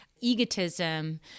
egotism